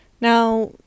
Now